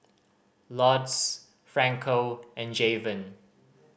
Lourdes Franco and Javen